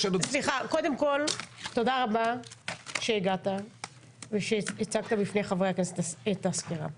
תודה רבה שהגעת ושהצגת בפני חברי הכנסת את הסקירה.